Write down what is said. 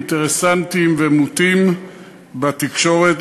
אינטרסנטיים ומוטים בתקשורת,